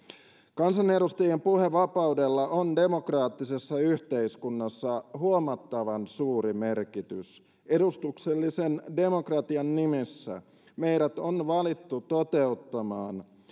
kansanedustajien puhevapaudella on demokraattisessa yhteiskunnassa huomattavan suuri merkitys edustuksellisen demokratian nimissä meidät on valittu toteuttamaan